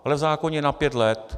Ale v zákoně je na pět let.